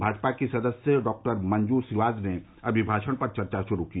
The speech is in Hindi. भाजपा की सदस्य डॉक्टर मंजू सिवाज ने अमिमाषण पर चर्चा श्रू की